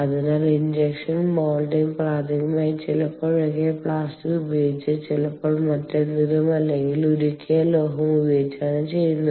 അതിനാൽ injection moulding പ്രാഥമികമായി ചിലപ്പോഴൊക്കെ പ്ലാസ്റ്റിക് ഉപയോഗിച്ച് ചിലപ്പോൾ മറ്റെന്തെങ്കിലും അല്ലെങ്കിൽ ഉരുകിയ ലോഹം ഉപയോഗിച്ചാണ് ചെയ്യുന്നത്